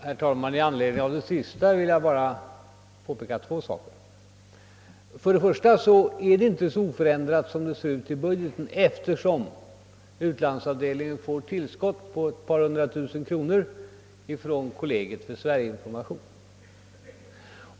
Herr talman! I anledning av herr Nelanders senaste inlägg vill jag göra två påpekanden. För det första är anslaget inte så oförändrat som det ser ut i budgeten, eftersom utlandsavdelningen får ett tillskott på ett par hundra tusen kronor från Kollegiet för Sverige-information.